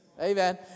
Amen